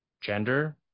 gender